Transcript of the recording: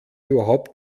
überhaupt